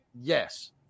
yes